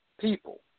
people